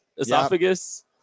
esophagus